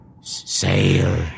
Sail